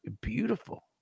beautiful